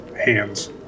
hands